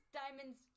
diamonds